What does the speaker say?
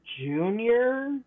junior